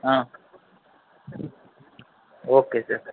okay sir